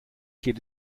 geht